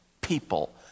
people